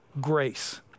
grace